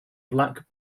black